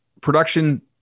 production